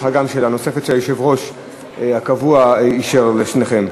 יש גם לך שאלה נוספת שהיושב-ראש הקבוע אישר לשניכם.